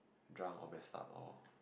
drunk or messed up or